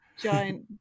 giant